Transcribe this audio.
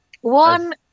one